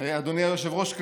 אדוני היושב-ראש,